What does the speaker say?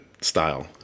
style